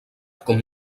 com